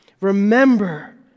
Remember